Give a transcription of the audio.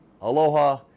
aloha